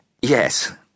Yes